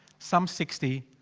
some sixty.